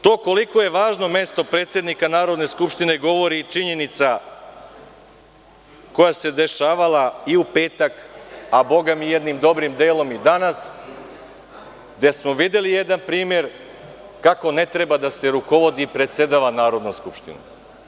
To koliko je važno mesto predsednika Narodne skupštine govori i činjenica koja se dešavala i u petak, a bogami jednim dobrim delom i danas, gde smo videli jedan primer kako ne treba da se rukovodi i predsedava Narodnom skupštinom.